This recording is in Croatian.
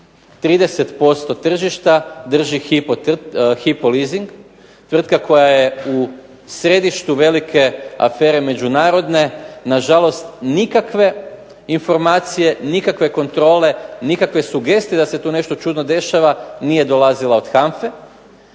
30% tržišta drži Hypo leasing, tvrtka koja je u središtu afere velike međunarodne, na žalost nikakve informacije, nikakve kontrole, nikakve sugestije da se tu nešto čudno dešava nije dolazila od